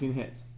hits